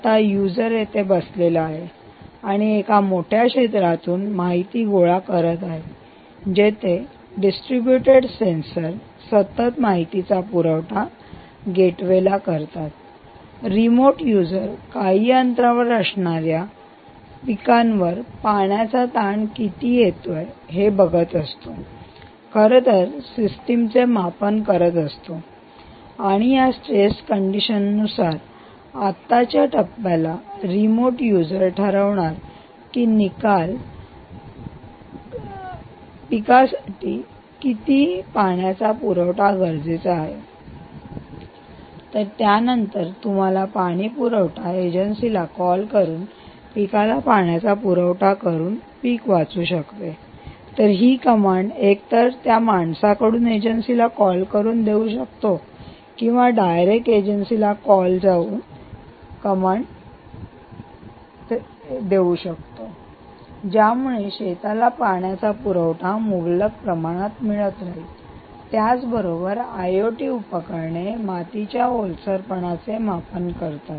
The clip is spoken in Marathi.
आता यूजर इथे बसलेला आहे आणि एका मोठ्या क्षेत्रातून माहिती गोळा करत आहे जिथे डिस्ट्रीब्यूटेड सेंसर सतत माहितीचा पुरवठा गेटवे ला करतात रिमोट यूजर काही अंतरावर असणाऱ्या यूजर पिकांवर पाण्याचा ताण किती येतोय हे बघत असतो खर तर सिस्टीमचे मापन करत असतो आणि या स्ट्रेस कंडिशन नुसार आत्ताच्या टप्प्याला रिमोट यूजरठरवणार की निकाल पिकासाठी किती पाण्याचा पुरवठा गरजेचा आहे तर त्यानंतर तुम्हाला पाणीपुरवठा एजन्सीला कॉल करून पिकाला पाण्याचा पुरवठा करून पीक वाचू शकते तरी ही आज्ञा कमांड एकतर त्या माणसाकडून एजन्सी ला कॉल करून देऊ शकतो किंवा किंवा डायरेक्ट एजन्सीला कॉल करून किंवा आज्ञा कमांड थेट एजन्सीला देऊ शकतो ज्यामुळे शेताला पाण्याचा पुरवठा मुबलक प्रमाणात मिळत राहील आणि त्याच बरोबर आयओटी उपकरणे मातीच्या ओलसरपणाचे मापन करतात